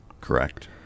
Correct